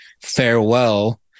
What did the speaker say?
farewell